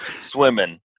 swimming